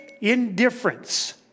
indifference